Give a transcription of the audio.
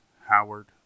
Howard